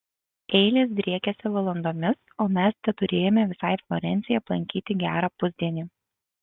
eilės driekiasi valandomis o mes teturėjome visai florencijai aplankyti gerą pusdienį